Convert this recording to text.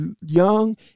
young